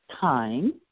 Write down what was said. time